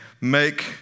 Make